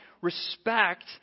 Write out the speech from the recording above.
respect